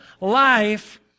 life